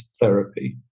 therapy